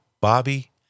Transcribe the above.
Bobby